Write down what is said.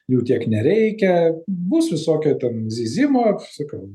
jų tiek nereikia bus visokio ten zyzimo sakau